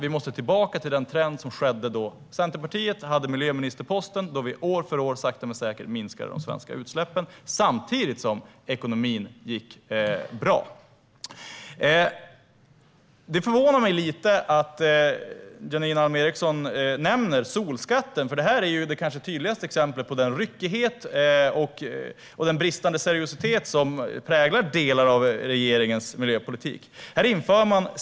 Vi måste komma tillbaka till den trend som fanns då Centerpartiet hade miljöministerposten. Då minskade vi - år för år, sakta men säkert - de svenska utsläppen, samtidigt som ekonomin gick bra. Det förvånar mig lite att Janine Alm Ericson nämner solskatten, eftersom den kanske är det tydligaste exemplet på den ryckighet och bristande seriositet som präglar delar av regeringens miljöpolitik.